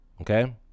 okay